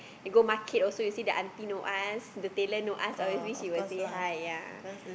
you go market also you see the auntie know us the tailor know us obviously we will say hi ya